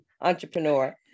entrepreneur